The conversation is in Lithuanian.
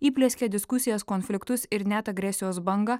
įplieskė diskusijas konfliktus ir net agresijos bangą